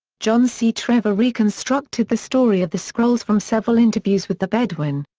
john c. trever reconstructed the story of the scrolls from several interviews with the bedouin.